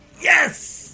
Yes